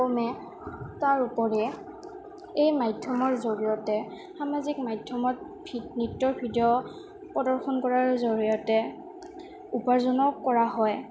কমে তাৰোপৰি এই মাধ্যমৰ জৰিয়তে সামাজিক মাধ্যমত নৃত্যৰ ভিডিঅ' প্ৰদৰ্শন কৰাৰ জৰিয়তে উপাৰ্জনো কৰা হয়